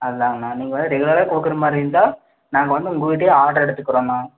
அதாங்கண்ணா நீங்கள் வந்து ரெகுலராக கொடுக்கற மாதிரி இருந்தால் நாங்கள் வந்து உங்கள்கிட்டயே ஆர்ட்ரு எடுத்துக்குறோண்ணா